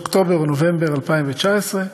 אוקטובר או נובמבר 2019,